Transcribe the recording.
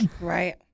Right